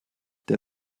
der